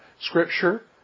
Scripture